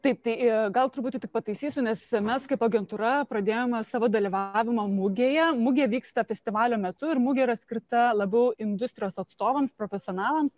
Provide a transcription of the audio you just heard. taip tai gal truputį tik pataisysiu nes mes kaip agentūra pradėjome savo dalyvavimą mugėje mugė vyksta festivalio metu ir mugė yra skirta labiau industrijos atstovams profesionalams